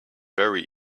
very